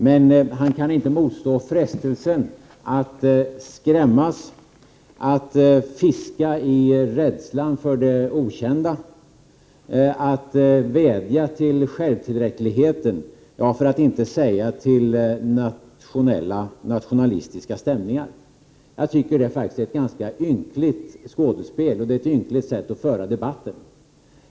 Han kan emellertid inte motstå frestelsen att skrämmas, att fiska i rädslan för det okända och att vädja till självtillräck 39 ligheten, för att inte säga till nationalistiska stämningar. Jag tycker faktiskt att det är ett ganska ynkligt skådespel och att det är ett ynkligt sätt att föra debatten.